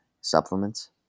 supplements